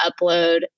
upload